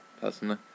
personally